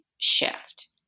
shift